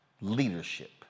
leadership